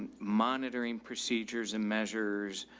monitoring procedures and measures,